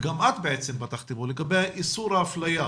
וגם את פתחת בו,